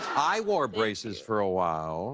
i wore braces for awhile